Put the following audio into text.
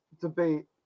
debate